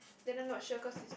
then I'm not sure cause it's